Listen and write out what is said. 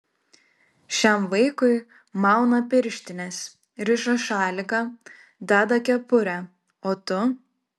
šiam vaikui mauna pirštines riša šaliką deda kepurę o tu